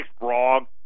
wrong